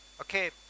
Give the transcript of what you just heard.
Okay